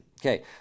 Okay